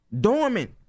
dormant